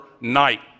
night